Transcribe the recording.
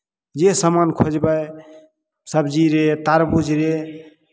जे सामान खोजबै सबजी रे तारबूज रे